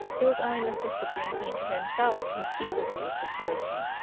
it was only mr. cyprian paynter himself who was equal to the situation.